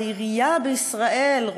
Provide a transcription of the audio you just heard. ועירייה בישראל,